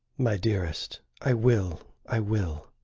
my dearest, i will, i will.